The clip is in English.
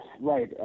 right